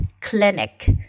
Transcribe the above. Clinic